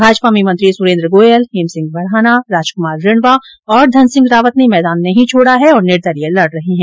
भाजपा में मंत्री सुरेन्द्र गोयल हेमसिंह भडाना राजकुमार रिणवा और धनसिंह रावत ने मैदान नहीं छोडा है और निर्दलीय लड रहे है